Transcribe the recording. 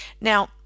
Now